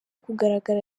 kugaragara